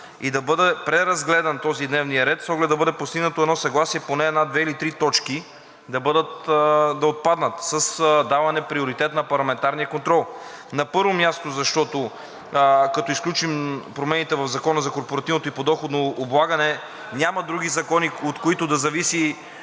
и да бъде преразгледан този дневен ред с оглед да бъде постигнато едно съгласие една, две или три точки да отпаднат с даване приоритет на парламентарния контрол. На първо място, като изключим промените в Закона за корпоративното подоходно облагане, няма други закони, от които да зависи